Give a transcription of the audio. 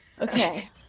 Okay